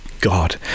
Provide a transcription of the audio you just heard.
god